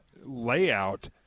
layout